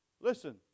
Listen